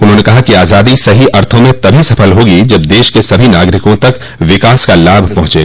उन्होंने कहा कि आजादी सही अर्थो में तभी सफल होगी जब देश के सभी नागरिकों तक विकास का लाभ पहुंचे